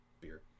beer